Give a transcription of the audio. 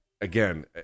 again